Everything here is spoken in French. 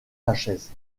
lachaise